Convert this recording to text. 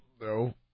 No